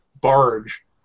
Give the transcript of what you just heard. barge